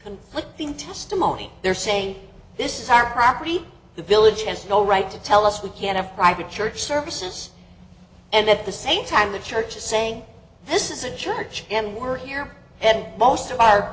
conflicting testimony they're saying this is our property the village has no right to tell us we can't have private church services and at the same time the church is saying this is a church can work here and most of our